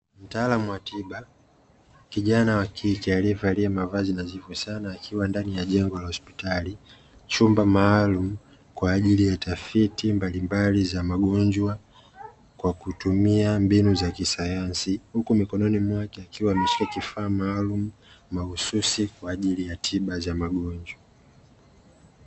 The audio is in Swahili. Mtaalamu wa tiba, kijana wa kike aliyevalia mavazi mazito sana akiwa ndani ya jengo la hospitali, chumba maalumu kwa ajili ya tafiti mbalimbali za magonjwa kwa kutumia mbinu za kisayansi huku mikononi mwake akiwa ameshikilia kifaa maalumu, mahususi kwa ajili ya tiba za magonjwa.